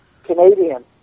canadian